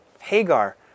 Hagar